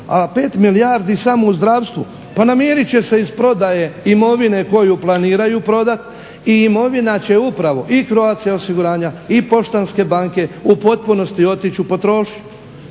a 5 milijardi samo u zdravstvu pa namirit će se iz prodaje imovine koju planiraju prodati i imovina će upravo i Croatia osiguranja i Poštanske banke u potpunosti otići u potrošnju.